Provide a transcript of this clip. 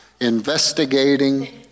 investigating